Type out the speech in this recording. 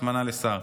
שהתמנה לשר.